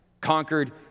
conquered